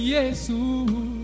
Jesus